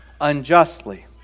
unjustly